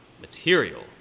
material